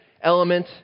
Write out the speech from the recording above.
element